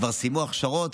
כבר סיימו הכשרות,